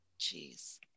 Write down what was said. jeez